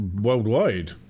worldwide